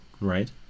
right